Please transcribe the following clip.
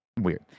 weird